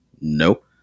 Nope